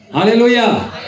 Hallelujah